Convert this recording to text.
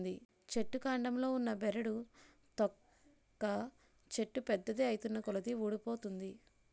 చెట్టు కాండంలో ఉన్న బెరడు తొక్క చెట్టు పెద్దది ఐతున్నకొలది వూడిపోతుంది